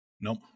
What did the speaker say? Nope